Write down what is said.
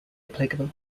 applicable